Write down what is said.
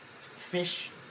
fish